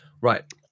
Right